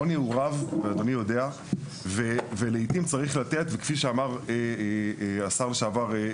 העוני הוא רב ואדוני יודע ולעיתים צריך לתת וכפי שאמר השר לשעבר,